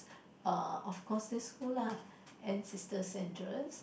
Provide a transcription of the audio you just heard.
uh of course this who lah end sister Sandra